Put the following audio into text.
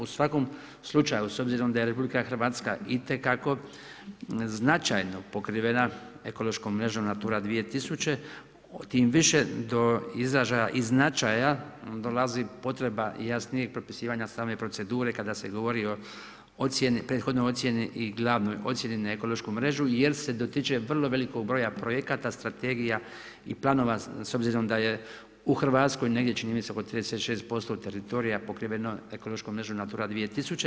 U svakom slučaju s obzirom da je RH itekako značajno pokrivena ekološkom mrežom NATURA 2000 tim više do izražaja i značaja dolazi potreba jasnijeg propisivanja same procedure kada se govori o ocjeni, prethodnoj ocjeni i glavnoj ocjeni na ekološku mrežu jer se dotiče vrlo velikog broja projekata, strategija i planova s obzirom da je u Hrvatskoj negdje čini mi se oko 36% teritorija pokriveno ekološkom mrežom NATURA 2000.